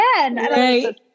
again